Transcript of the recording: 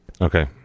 Okay